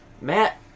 Matt